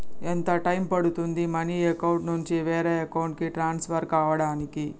ఎంత టైం పడుతుంది money account నుంచి వేరే అకౌంట్ కి ట్రాన్స్ఫర్ కావటానికి?